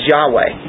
Yahweh